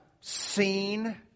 seen